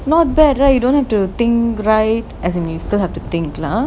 not bad right you don't have to think right as in you still have to think lah